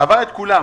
עבר את כולם.